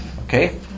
Okay